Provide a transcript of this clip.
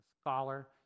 scholar